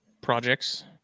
projects